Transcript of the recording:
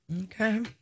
Okay